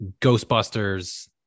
Ghostbusters